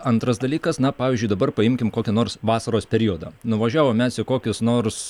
antras dalykas na pavyzdžiui dabar paimkim kokį nors vasaros periodą nuvažiavom mes į kokius nors